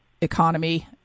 economy